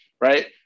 right